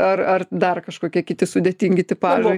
ar ar dar kažkokie kiti sudėtingi tipažai